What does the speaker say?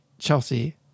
chelsea